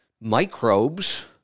microbes